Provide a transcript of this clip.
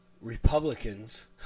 Republicans